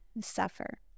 suffer